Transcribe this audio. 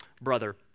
brother